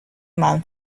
man